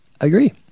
agree